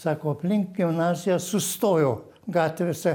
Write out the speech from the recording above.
sako aplink gimnaziją sustojo gatvėse